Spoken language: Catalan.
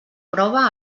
prova